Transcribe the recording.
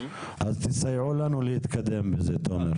אז תסייעו לנו להתקדם בזה, תומר.